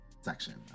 section